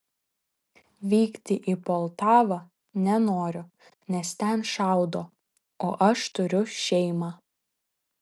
vykti į poltavą nenoriu nes ten šaudo o aš turiu šeimą